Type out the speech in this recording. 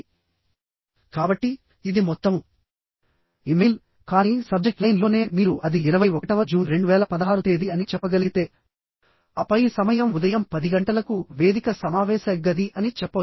కాబట్టి ఇది మొత్తం ఇమెయిల్ కానీ సబ్జెక్ట్ లైన్ లోనే మీరు అది ఇరవై ఒకటవ జూన్ 2016 తేదీ అని చెప్పగలిగితే ఆపై సమయం ఉదయం పది గంటలకు వేదిక సమావేశ గది అని చెప్పవచ్చు